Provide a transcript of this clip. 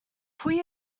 pwy